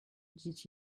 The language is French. dit